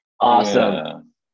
awesome